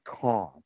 calm